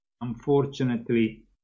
unfortunately